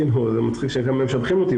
זה מצחיק שהם משבחים אותי,